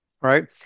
Right